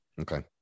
Okay